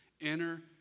Enter